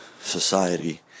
society